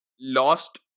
lost